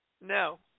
No